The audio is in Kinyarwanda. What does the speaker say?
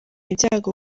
ibyago